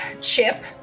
Chip